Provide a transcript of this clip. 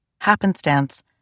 happenstance